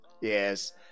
yes